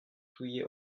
tuje